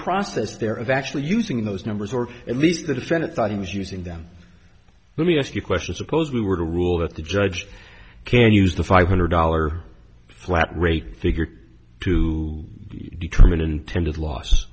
process there of actually using those numbers or at least the defendant thought he was using them let me ask you question suppose we were to rule that the judge can use the five hundred dollar flat rate figure to determine intent of loss